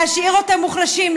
להשאיר אותם מוחלשים,